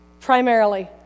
primarily